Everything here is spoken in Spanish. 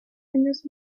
años